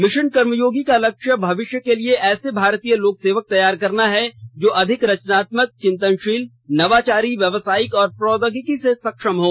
mission Karmayogi का लक्ष्य भविष्य के लिए ऐसे भारतीय लोक सेवक तैयार करना है जो अधिक रचनात्मक चिंतनशील नवाचारी व्यावसायिक और प्रौद्योगिकी सक्षम हों